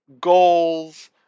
goals